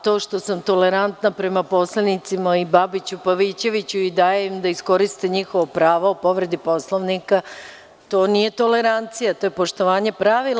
To što sam tolerantna prema poslanicima, i Babiću i Pavićeviću, i dajem im da iskoriste njihovo pravo o povredi Poslovnika, to nije tolerancija, to je poštovanje pravila.